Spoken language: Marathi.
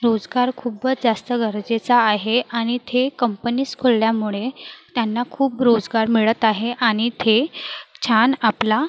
रोसगार खूब्बच जास्त गरजेचा आहे आनि थे कंपनीस खोलल्यामुडे त्यांना खूप रोसगार मिळत आहे आनि थे छान आपला